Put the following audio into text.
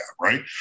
right